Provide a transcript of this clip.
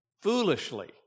foolishly